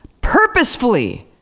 purposefully